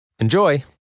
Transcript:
Enjoy